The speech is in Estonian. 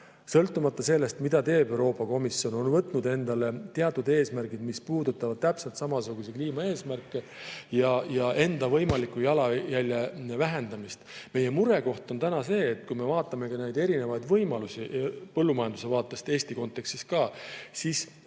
sõltumata sellest, mida teeb Euroopa Komisjon, võtnud endale teatud eesmärgid, mis puudutavad täpselt samasuguseid kliimaeesmärke ja enda võimaliku jalajälje vähendamist. Meie murekoht on see, et kui me vaatame erinevaid võimalusi põllumajanduse vaatest ka Eesti kontekstis, siis selgub,